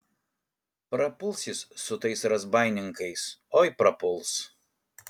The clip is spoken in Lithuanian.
prapuls jis su tais razbaininkais oi prapuls